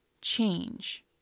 change